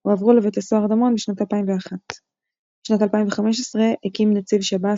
הועברו לבית הסוהר דמון בשנת 2001. בשנת 2015 הקים נציב שב"ס